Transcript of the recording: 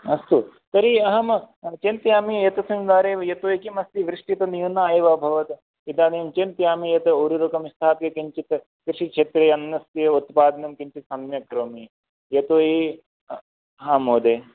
अस्तु तर्हि अहं चिन्तयामि एतस्मिन् वारे यतो हि किमस्ति वृष्टि तु न्यूना एव अभवत् इदानीं चिन्तयामि यत् उररुकं स्थाप्य किञ्चित् कृषिक्षेत्रे अन्नस्य उत्पादनं किञ्चित् सम्यक् करोमि यतो हि हा महोदय